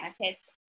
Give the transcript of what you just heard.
benefits